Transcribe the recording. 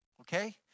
okay